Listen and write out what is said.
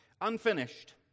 Unfinished